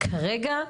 כרגע,